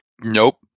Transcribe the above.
Nope